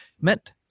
meant